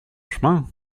chemin